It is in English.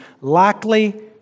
likely